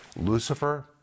Lucifer